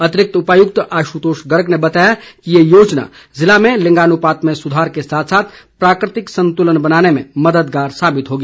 अतिरिक्त उपायुक्त आशतोष गर्ग ने बताया कि ये योजना जिले में लिंगानुपात में सुधार के साथ साथ प्राकृतिक संतुलन बनाने में मददगार साबित होगी